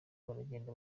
baragenda